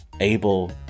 able